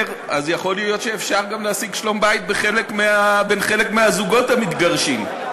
אז יכול להיות שאפשר גם להשיג שלום-בית בין חלק מהזוגות המתגרשים.